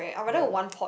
ya